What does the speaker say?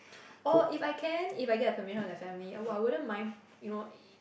or if I can if I get the permission of their family !wah! I wouldn't mind you know